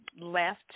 left